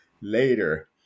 later